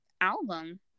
album